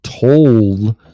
told